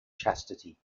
chastity